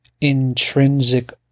intrinsic